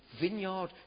vineyard